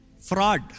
Fraud